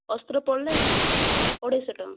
ଅସ୍ତ୍ର ପଡ଼ିଲେ ଅଢ଼େଇଶହ ଟଙ୍କା